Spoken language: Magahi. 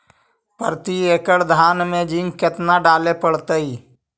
प्रती एकड़ धान मे जिंक कतना डाले पड़ताई?